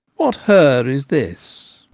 what her is this?